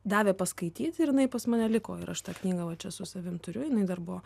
davė paskaityt ir jinai pas mane liko ir aš tą knygą va čia su savim turiu jinai dar buvo